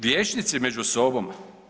Vijećnici među sobom?